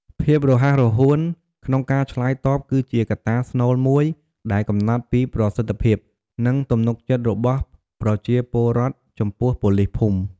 ភាពរហ័សរហួនក្នុងការឆ្លើយតបគឺជាកត្តាស្នូលមួយដែលកំណត់ពីប្រសិទ្ធភាព និងទំនុកចិត្តរបស់ប្រជាពលរដ្ឋចំពោះប៉ូលីសភូមិ។